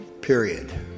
period